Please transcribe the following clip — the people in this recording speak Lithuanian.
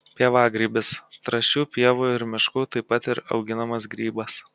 pievagrybis trąšių pievų ir miškų taip pat ir auginamas grybas